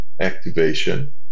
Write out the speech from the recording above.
activation